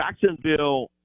Jacksonville